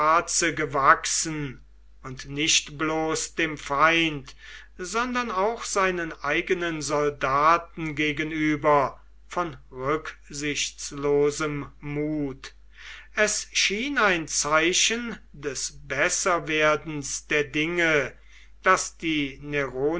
gewachsen und nicht bloß dem feind sondern auch seinen eigenen soldaten gegenüber von rücksichtslosem mut es schien ein zeichen des besserwerdens der dinge daß die